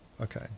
Okay